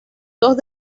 dos